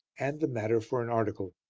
and the matter for an article.